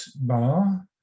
bar